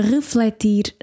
Refletir